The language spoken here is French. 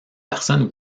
personnes